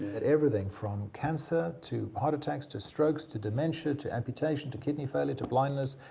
everything from cancer to heart attacks to strokes to dementia to amputation to kidney failure to blindness,